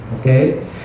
Okay